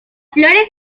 flores